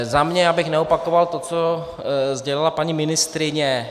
Za mě, abych neopakoval to, co sdělila paní ministryně.